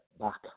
back